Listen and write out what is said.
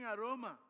aroma